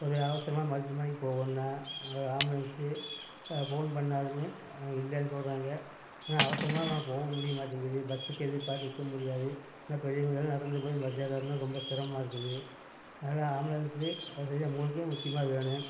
ஒரு அவசரமாக மருத்துவமனைக்கு போகணும்ன்னா ஒரு ஆம்புலன்ஸு போன் பண்ணாலுமே இல்லைன்னு சொல்கிறாங்க ஆனால் அவசரமாக நம்ம போக முடிய மாட்டேங்குது பஸ்ஸுக்கு எதிர்பார்த்து நிற்க முடியாது அதனால் பெரியவர்கள்லாம் நடந்து போய் பஸ் ஏறுறதுன்னா ரொம்ப சிரமமாக இருக்குது அதனால ஆம்புலன்ஸு சரியாக நம்ம ஊருக்கு முக்கியமாக வேணும்